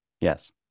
yes